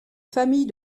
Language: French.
famille